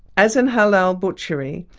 as in halal butchery,